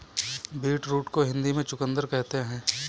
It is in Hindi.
बीटरूट को हिंदी में चुकंदर कहते हैं